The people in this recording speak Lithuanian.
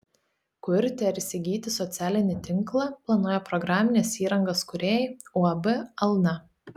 kurti ar įsigyti socialinį tinklą planuoja programinės įrangos kūrėjai uab alna